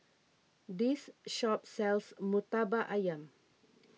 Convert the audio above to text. this shop sells Murtabak Ayam